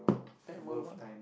Tamil one